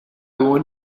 want